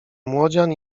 młodzian